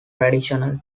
traditional